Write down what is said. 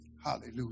Hallelujah